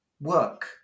work